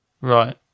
Right